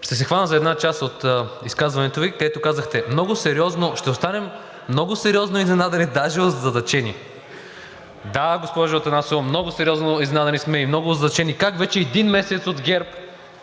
ще се хвана за една част от изказването Ви, където казахте: ще останем много сериозно изненадани, даже озадачени. Да, госпожо Атанасова, много сериозно изненадани сме и много озадачени как вече един месец от ГЕРБ